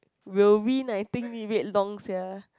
will win I think we wait long sia